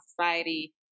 society